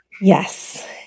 Yes